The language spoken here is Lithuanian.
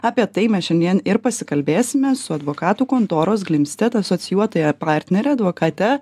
apie tai mes šiandien ir pasikalbėsime su advokatų kontoros glimstedt asocijuotąja partnere advokate